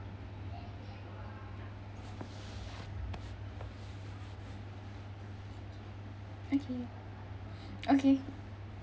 okay okay